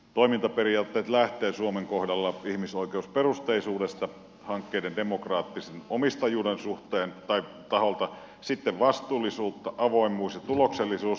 toimintaperiaatteet lähtevät suomen kohdalla ihmisoikeusperusteisuudesta hankkeiden demokraattisen omistajuuden taholta sitten vastuullisuutta avoimuus ja tuloksellisuus